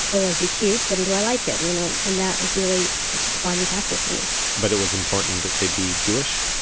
oh, is he cute, and do i like him you know, and that was really the defining factor for me but it was important that they be jewish?